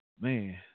Man